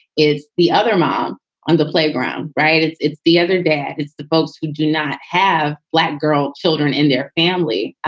is the other mom on the playground? right. it's it's the other dad. it's the folks who do not have black girl children in their family.